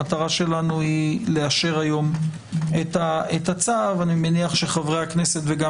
המטרה שלנו היא לאשר היום את הצו ואני מניח שחברי הכנסת וגם